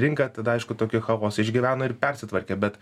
rinka tada aišku tokį chaosą išgyveno ir persitvarkė bet